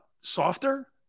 softer